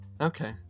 Okay